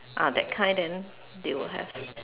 ah that kind then they will have